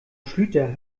schlüter